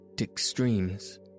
extremes